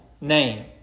name